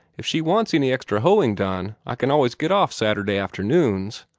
if she wants any extra hoeing done, i can always get off saturday afternoons.